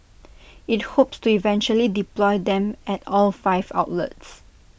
IT hopes to eventually deploy them at all five outlets